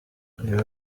ibi